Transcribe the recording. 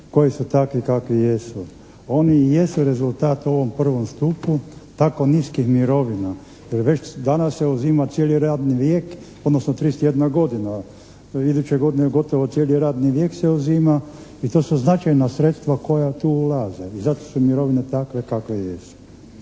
koji su takvi kakvi jesu. Oni jesu rezultat u ovom prvom stupu tako niskih mirovina, već danas se uzima cijeli radni vijek, odnosno 31 godina, evo iduće godine gotovo cijeli radni vijek se uzima i to su značajna sredstva koja tu ulaze i zato su mirovine takve kakve jesu.